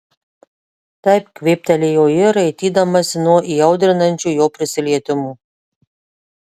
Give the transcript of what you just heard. taip kvėptelėjo ji raitydamasi nuo įaudrinančių jo prisilietimų